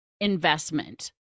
investment